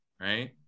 right